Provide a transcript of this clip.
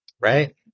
Right